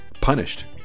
punished